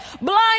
blind